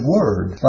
Word